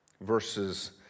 verses